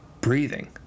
breathing